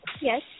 Yes